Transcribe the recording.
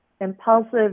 impulsive